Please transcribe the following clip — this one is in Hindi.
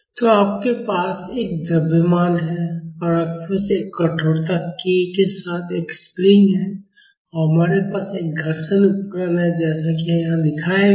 तो आपके पास एक द्रव्यमान है और आपके पास एक कठोरता k के साथ एक स्प्रिंग है और हमारे पास एक घर्षण उपकरण है जैसा कि यहाँ दिखाया गया है